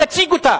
תציג אותה.